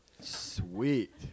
Sweet